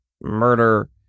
murder